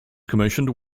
commissioned